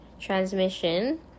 transmission